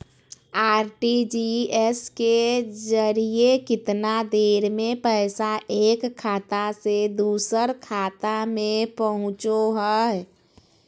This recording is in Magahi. आर.टी.जी.एस के जरिए कितना देर में पैसा एक खाता से दुसर खाता में पहुचो है?